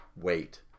wait